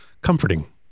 comforting